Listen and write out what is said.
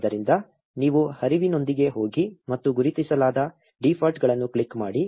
ಆದ್ದರಿಂದ ನೀವು ಹರಿವಿನೊಂದಿಗೆ ಹೋಗಿ ಮತ್ತು ಗುರುತಿಸಲಾದ ಡೀಫಾಲ್ಟ್ಗಳನ್ನು ಕ್ಲಿಕ್ ಮಾಡಿ